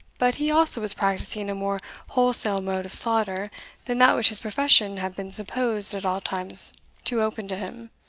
but he also was practising a more wholesale mode of slaughter than that which his profession had been supposed at all times to open to him.